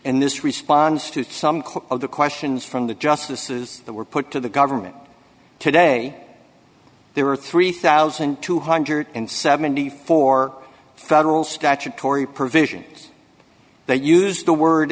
and this response to some of the questions from the justices that were put to the government today there are three thousand two hundred and seventy four dollars federal statutory provisions that use the word